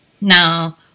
Now